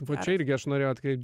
va čia irgi aš norėjau atkreipt